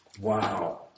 Wow